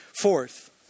Fourth